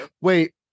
Wait